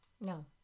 No